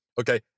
okay